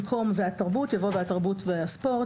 במקום "והתרבות" יבוא "התרבות והספורט"